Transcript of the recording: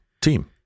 team